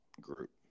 group